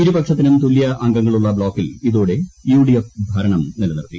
ഇരുപക്ഷത്തിനും തുല്യഅംഗങ്ങളുള്ള ബ്ലോക്കിൽ ഇതോടെ യു ഡി എഫ് ഭരണം നിലനിർത്തി